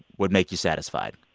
would make you satisfied?